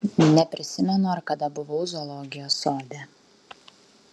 neprisimenu ar kada buvau zoologijos sode